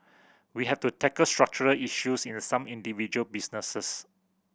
we have to tackle structural issues in some individual businesses